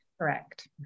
Correct